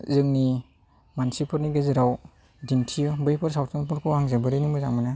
जोंनि मानसिफोरनि गेजेराव दिन्थियो बैफोर सावथुनफोरखौ आं जोबोरैनो मोजां मोनो